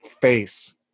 face